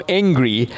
angry